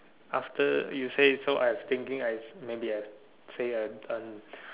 after you say so I'm thinking I've maybe I say I'm done